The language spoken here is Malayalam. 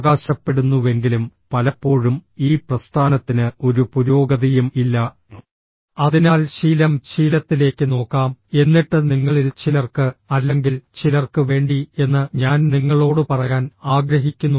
അവകാശപ്പെടുന്നുവെങ്കിലും പലപ്പോഴും ഈ പ്രസ്ഥാനത്തിന് ഒരു പുരോഗതിയും ഇല്ല അതിനാൽ ശീലം ശീലത്തിലേക്ക് നോക്കാം എന്നിട്ട് നിങ്ങളിൽ ചിലർക്ക് അല്ലെങ്കിൽ ചിലർക്ക് വേണ്ടി എന്ന് ഞാൻ നിങ്ങളോട് പറയാൻ ആഗ്രഹിക്കുന്നു